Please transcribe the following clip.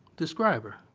describe her